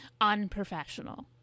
unprofessional